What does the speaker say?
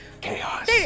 Chaos